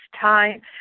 time